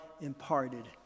imparted